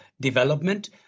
development